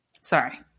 Sorry